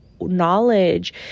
knowledge